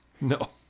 No